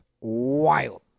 Wild